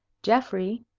geoffrey,